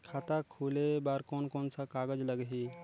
खाता खुले बार कोन कोन सा कागज़ लगही?